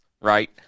right